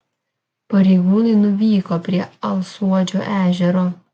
pareigūnai nuvyko prie alsuodžio ežero